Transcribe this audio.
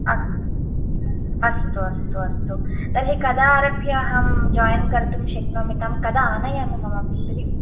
अस्तु अस्तु अस्तु अस्तु तर्हि कदा आरभ्य अहं जायिन् कर्तुं शक्नोमि तं कदा आनयामि मम पुत्रीं